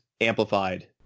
amplified